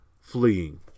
fleeing